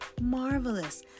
marvelous